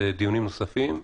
ודיונים נוספים,